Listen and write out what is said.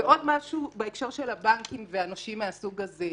עוד משהו בהקשר של הבנקים והנושים מהסוג הזה.